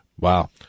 Wow